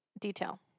detail